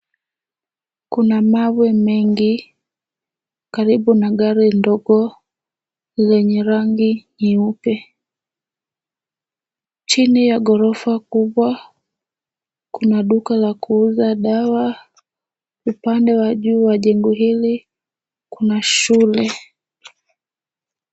Kuna mawe mengi karibu na gari ndogo lenye rangi nyeupe. Chini ya ghorofa kubwa, kuna duka la kuuza dawa. Upande wa juu wa jengo hili kuna shule.